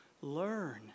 Learn